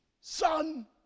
Son